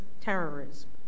terrorism